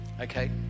Okay